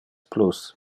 plus